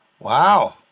Wow